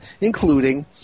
including